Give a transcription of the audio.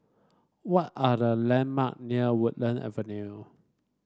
what are the landmark near Woodland Avenue